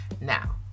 now